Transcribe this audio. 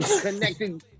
Connected